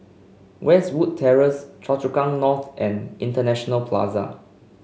Westwood Terrace Choa Chu Kang North and International Plaza